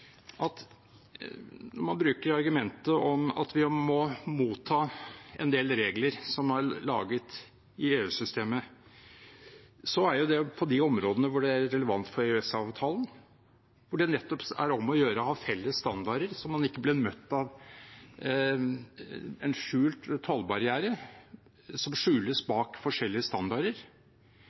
man bruker argumentet om at vi må motta en del regler som er laget i EU-systemet, at det er på de områdene hvor det er relevant for EØS-avtalen, hvor det nettopp er om å gjøre å ha felles standarder, så man ikke blir møtt av en tollbarriere som skjules bak forskjellige standarder.